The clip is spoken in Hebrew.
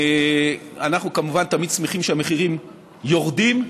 אנחנו כמובן תמיד שמחים שהמחירים יורדים,